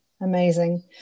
Amazing